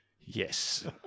Yes